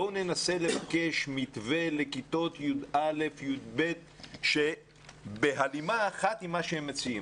בואו ננסה לבקש מתווה לכיתות י"א-י"ב בהלימה אחת עם מה שהם מציעים.